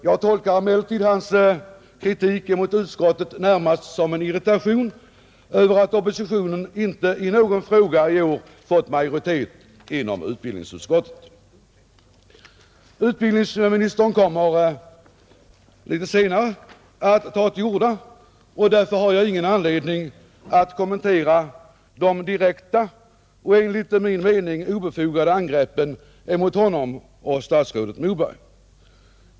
Jag tolkar emellertid hans kritik mot utskottet närmast som uttryck för en personlig irritation över att oppositionen inte i någon fråga i år har fått majoritet inom utbildningsutskottet. Utbildningsministern kommer litet senare att ta till orda, och därför har jag ingen anledning att kommentera de direkta och enligt min mening obefogade angreppen mot honom och statsrådet Moberg.